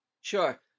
Sure